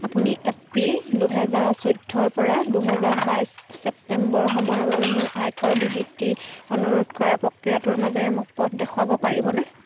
আপুনি এপ্ৰিল দুহেজাৰ চৈধ্যৰপৰা দুহেজাৰ বাইছ ছেপ্টেম্বৰ সময়ৰ বাবে মোৰ আয়কৰ বিবৃতি অনুৰোধ কৰাৰ প্ৰক্ৰিয়াটোৰ মাজেৰে মোক পথ দেখুৱাব পাৰিবনে